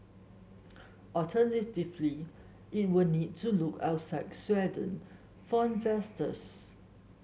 alternatively it will need to look outside Sweden for investors